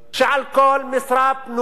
שעל כל משרה פנויה